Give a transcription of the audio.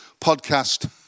podcast